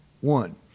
one